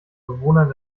bewohnern